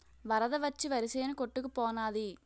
వరద వచ్చి వరిసేను కొట్టుకు పోనాది